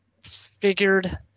figured